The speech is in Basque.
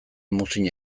muzin